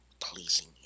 pleasing